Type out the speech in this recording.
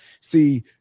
See